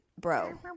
bro